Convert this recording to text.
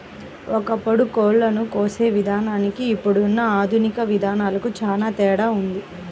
ఒకప్పుడు కోళ్ళను కోసే విధానానికి ఇప్పుడున్న ఆధునిక విధానాలకు చానా తేడా ఉంది